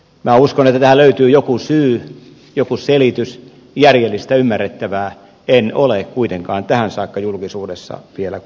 minä uskon että tähän löytyy joku syy joku selitys järjellistä ymmärrettävää en ole kuitenkaan tähän saakka julkisuudessa vielä kuullut